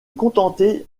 contenter